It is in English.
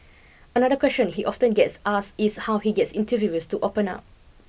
another question he often gets asked is how he gets interviewees to open up